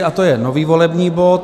A to je nový volební bod.